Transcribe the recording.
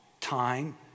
time